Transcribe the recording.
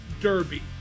derby